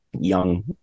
young